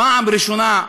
פעם ראשונה,